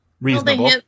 reasonable